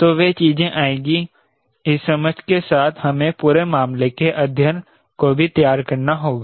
तो वह चीज़ें आएंगी इस समझ के साथ हमें पूरे मामले के अध्ययन को भी तैयार करना होगा